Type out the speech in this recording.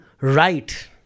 right